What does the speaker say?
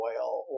oil